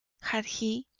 had he,